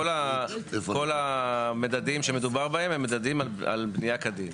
כל המדדים שמדובר בהם הם מדדים על בניה כדין,